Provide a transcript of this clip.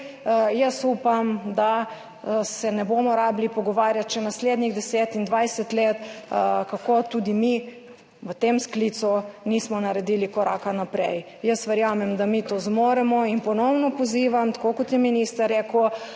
Upam, da se nam ne bo treba pogovarjati še naslednjih 10 in 20 let, kako tudi mi v tem sklicu nismo naredili koraka naprej. Verjamem, da mi to zmoremo, in ponovno pozivam, tako kot je minister rekel,